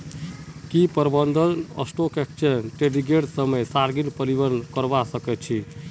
की प्रबंधक stock exchange ट्रेडिंगेर समय सारणीत परिवर्तन करवा सके छी